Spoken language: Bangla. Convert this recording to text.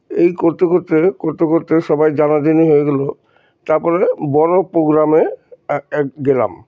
এই করতে করতে করতে করতে সবাই জানাজানি হয়ে গেলো তারপরে বড়ো পোগ্রামে এক গেলাম